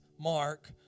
mark